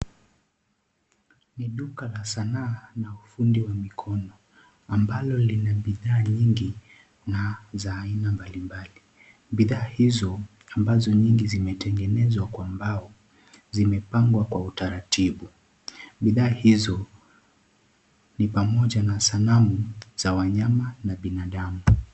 Ni duka la sanaa na ufundi wa mikono ambalo lina bidhaa nyingi na za aina mbalimbali. Bidhaa hizo ambazo nyingi zimetengenezwa kwa mbao ni pamoja na sanamu za wanyama na binadamu.